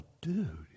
dude